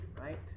right